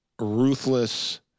ruthless